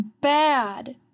bad